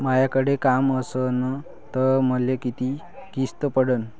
मायाकडे काम असन तर मले किती किस्त पडन?